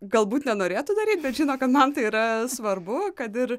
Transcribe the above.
galbūt nenorėtų daryt bet žino kad man tai yra svarbu kad ir